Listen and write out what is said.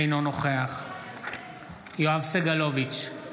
אינו נוכח יואב סגלוביץ'